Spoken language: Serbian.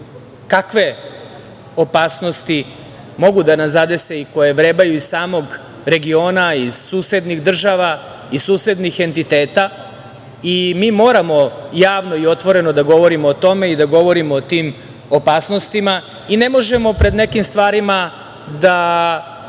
kakve opasnosti mogu da nas zadese i koje vrebaju iz samog regiona, iz susednih država i susednih entiteta. Mi moramo javno i otvoreno da govorimo o tome i da govorimo o tim opasnostima i ne možemo pred nekim stvarima da